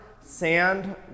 sand